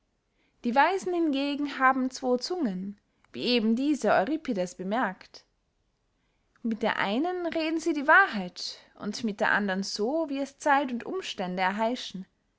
die weisen hingegen haben zwo zungen wie eben dieser euripides bemerkt mit der einen reden sie die wahrheit und mit der andern so wie es zeit und umstände erheischen